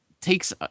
takes